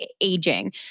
aging